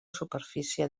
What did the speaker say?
superfície